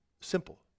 simple